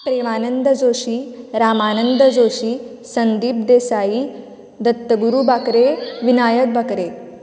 Premanand Joshi Ramanand Joshi Sandeep Desai Dattaguru Bakre Vinayak Bakre